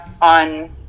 on